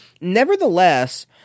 nevertheless